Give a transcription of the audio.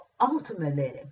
ultimately